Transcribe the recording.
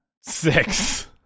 Six